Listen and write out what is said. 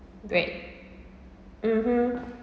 great (uh huh)